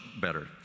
better